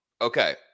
okay